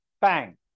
Bang